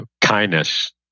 kindness